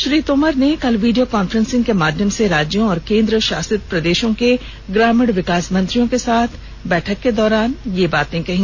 श्री तोमर ने कल video conference के माध्यम से राज्यों और केंद्र शासित प्रदेशों के ग्रामीण विकास मंत्रियों के साथ बैठक के दौरान यह बात कही